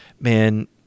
Man